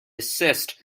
desist